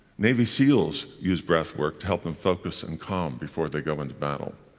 navy seals use breath-work to help them focus and calm before they go into battle.